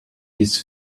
his